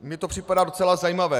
Mně to připadá docela zajímavé.